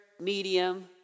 medium